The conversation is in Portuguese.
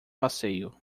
passeio